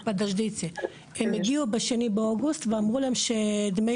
הם הגיעו ב-2 באוגוסט ואמרו להם שדמי